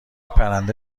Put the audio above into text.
پرنده